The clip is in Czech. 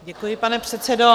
Děkuji, pane předsedo.